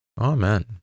Amen